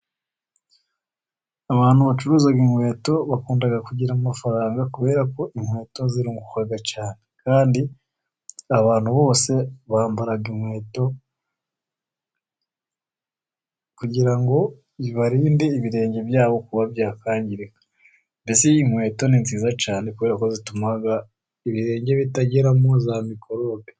Abantu bacuruza inkweto bakunda kugira amafaranga kuberako inkweto zirunguka cyane, Kandi abantu bose bambara inkweto kugira ngo barinde ibirenge byabo kuba byakwangirika, mbese inkweto ni nziza kuberako ibirenge bitageramo za mikorobe.